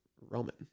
Roman